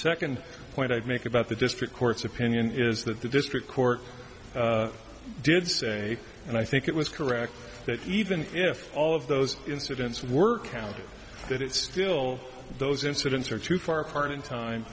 second point i'd make about the district court's opinion is that the district court did say and i think it was correct that even if all of those incidents were counted that it still those incidents are too far apart in time